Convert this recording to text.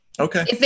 Okay